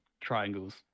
triangles